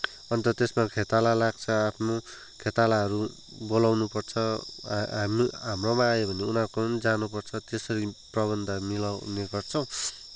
अन्त त्यसमा खेताला लाग्छ आफ्नो खेतालाहरू बोलाउनुपर्छ हामी हाम्रोमा आयो भने उनीहरूकोमा पनि जानुपर्छ त्यसरी प्रबन्ध मिलाउने गर्छौँ